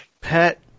pet